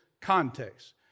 context